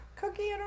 Cookie